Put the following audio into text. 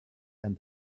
and